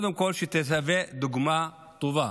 שתהווה דוגמה טובה.